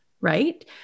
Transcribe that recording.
right